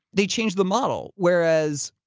they changed the model. whereas,